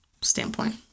standpoint